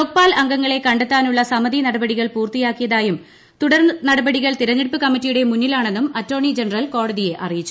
ലോക്പാൽ അംഗങ്ങളെ കണ്ടെത്താനുള്ള സമിതി നടപടികൾ പൂർത്തിയാക്കിയതായും തുടർ നടപടികൾ തെരഞ്ഞെടുപ്പ് കമ്മിറ്റിയുടെ മുന്നിലാണെന്നും അറ്റോർണി ജനറൽ കോടതിയെ അറിയിച്ചു